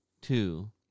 two